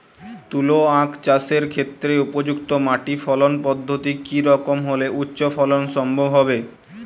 তুলো আঁখ চাষের ক্ষেত্রে উপযুক্ত মাটি ফলন পদ্ধতি কী রকম হলে উচ্চ ফলন সম্ভব হবে?